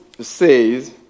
says